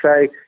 say